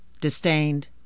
disdained